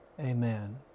Amen